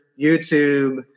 YouTube